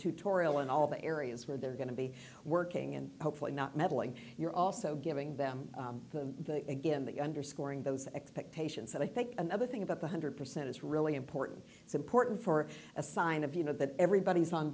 tutorial and all the areas where they're going to be working and hopefully not meddling you're also giving them the again the underscoring those expectations and i think another thing about one hundred percent is really important it's important for a sign of you know that everybody's on